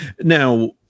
now